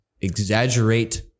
exaggerate